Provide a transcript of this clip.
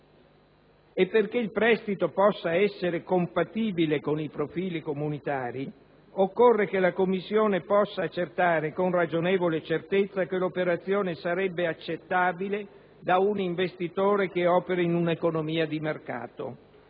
E perché il prestito sia compatibile con i profili comunitari, occorre che la Commissione possa accertare con ragionevole certezza che l'operazione sarebbe accettabile da un investitore che opera in un'economia di mercato.